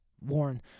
Warren